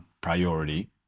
priority